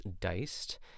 diced